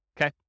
okay